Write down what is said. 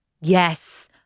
Yes